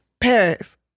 Paris